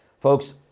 Folks